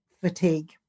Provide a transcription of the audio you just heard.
fatigue